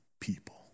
people